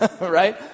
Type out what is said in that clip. right